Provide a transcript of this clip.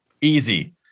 easy